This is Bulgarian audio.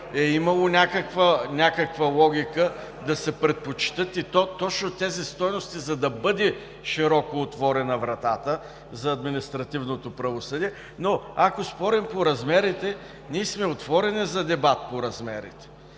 е имало някаква логика да се предпочетат и то точно тези стойности, за да бъде широко отворена вратата за административното правосъдие, но ако спорим по размерите, ние сме отворени за дебати. Важно е